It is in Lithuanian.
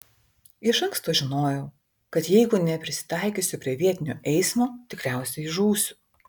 iš anksto žinojau kad jeigu neprisitaikysiu prie vietinio eismo tikriausiai žūsiu